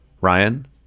Ryan